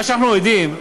מה שאנחנו יודעים,